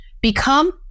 Become